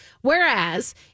Whereas